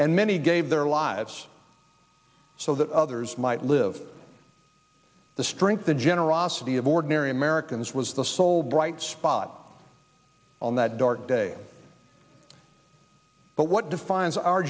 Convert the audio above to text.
and many gave their lives so that others might live the strength the generosity of ordinary americans was the sole bright spot on that dark day but what defines our